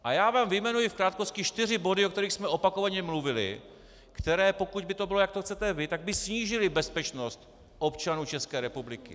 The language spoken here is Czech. A já vám vyjmenuji v krátkosti čtyři body, o kterých jsme opakovaně mluvili, které by, pokud by to bylo, jak chcete vy, snížily bezpečnost občanů České republiky.